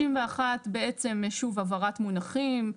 31 בעצם שוב הבהרת מונחים.